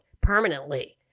permanently